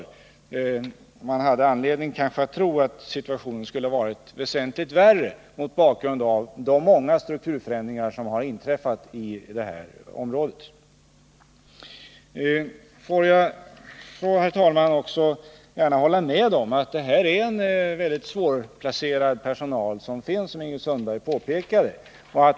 Man kunde kanske haft anledning att 27 tro att situationen skulle vara väsentligt värre mot bakgrund av de många strukturförändringar som inträffat i det här området. Jag vill emellertid, herr talman, hålla med Ingrid Sundberg om att den personal som finns här är mycket svårplacerad.